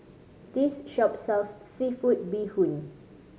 this shop sells seafood bee hoon